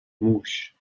موش